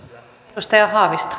arvoisa